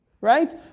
Right